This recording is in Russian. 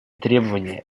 требования